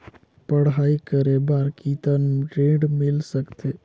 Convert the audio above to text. पढ़ाई करे बार कितन ऋण मिल सकथे?